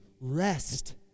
rest